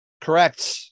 Correct